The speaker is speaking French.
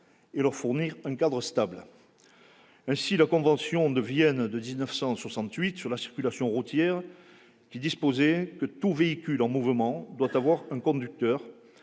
et leur fournir un cadre stable. Ainsi, la convention de Vienne de 1968 sur la circulation routière, qui disposait que « tout véhicule en mouvement [...] doit avoir un conducteur